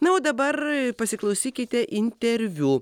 na o dabar pasiklausykite interviu